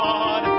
God